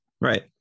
right